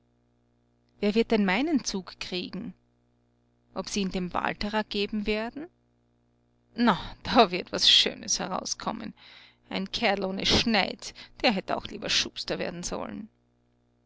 wer wird denn meinen zug kriegen ob sie ihn dem walterer geben werden na da wird was schönes herauskommen ein kerl ohne schneid der hätt auch lieber schuster werden sollen